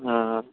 অঁ